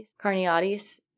Carneades